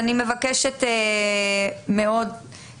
אני מבקשת מאוד